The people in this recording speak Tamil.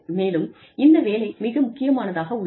மேலும் இந்த வேலை மிக முக்கியமானதாக உள்ளது